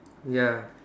ya